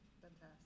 Fantastic